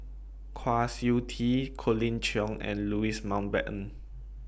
Kwa Siew Tee Colin Cheong and Louis Mountbatten